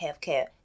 healthcare